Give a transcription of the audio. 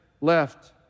left